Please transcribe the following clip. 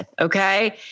Okay